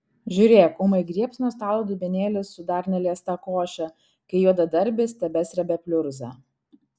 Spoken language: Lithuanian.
žiūrėk ūmai griebs nuo stalo dubenėlį su dar neliesta koše kai juodadarbis tebesrebia pliurzą